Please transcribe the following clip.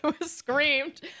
screamed